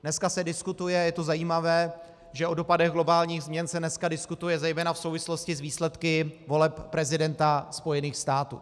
Dnes se diskutuje, a je to zajímavé, že o dopadech globálních změn se dneska diskutuje zejména v souvislosti s výsledky voleb prezidenta Spojených států.